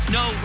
no